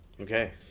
Okay